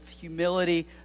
humility